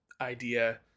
idea